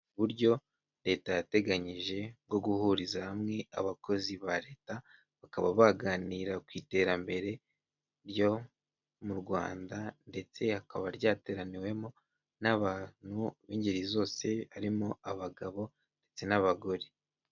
Uburyo leta yateganyije bwo guhuriza hamwe abakozi ba leta, bakaba baganira ku iterambere ryo mu Rwanda ndetse hakaba ryateraniwemo n'abantu b'ingeri zose barimo abagabo ndetse n'abagore.